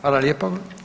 Hvala lijepa.